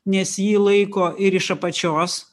nes jį laiko ir iš apačios